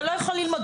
אתה לא יכול ללמוד.